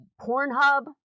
Pornhub